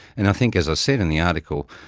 and i think, as i said in the article,